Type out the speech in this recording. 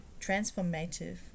transformative